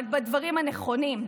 רק בדברים הנכונים.